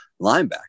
linebacker